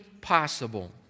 possible